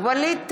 בעד ווליד טאהא,